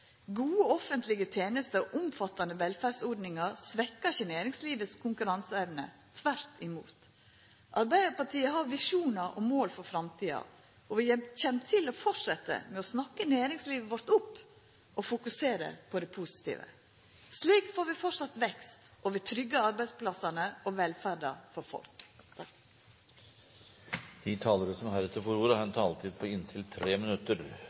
Gode offentlege tenester og omfattande velferdsordningar svekkjer ikkje næringslivets konkurranseevne, tvert imot. Arbeidarpartiet har visjonar og mål for framtida, og vi kjem til å fortsetja med å snakka næringslivet vårt opp og fokusera på det positive. Slik får vi framleis vekst, og vi tryggjar arbeidsplassane og velferda for folk. De talere som heretter får ordet, har en taletid på inntil 3 minutter.